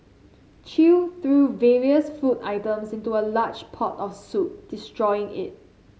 chew threw various food items into a large pot of soup destroying it